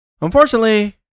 unfortunately